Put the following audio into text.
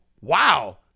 wow